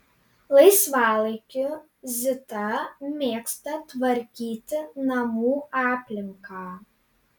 laisvalaikiu zita mėgsta tvarkyti namų aplinką